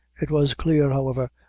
it was clear, however,